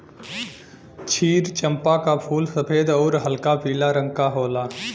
क्षीर चंपा क फूल सफेद आउर हल्का पीला रंग क होला